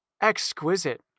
Exquisite